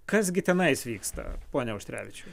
kas gi tenais vyksta pone auštrevičiau